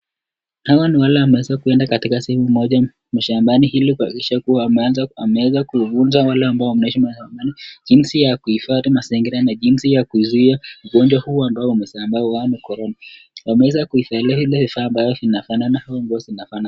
Hawa ni wale wameweza kuenda katika sehemu moja mashambani ili kuhakikisha kuwa wameanza ama wameweza kuwafunza wale wanaishi mashambani jinsi ya kuhifadhi mazingira na jinsi ya kuzuia ugonjwa huu ambao umesambaa wa corona. Wameweza kuivalia ile vifaa ambavyo vinafanana ama nguo zinafanana.